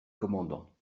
commandant